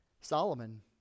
Solomon